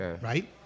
right